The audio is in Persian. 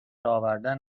آوردن